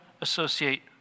associate